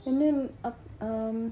and then um